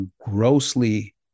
grossly